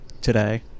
today